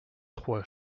trois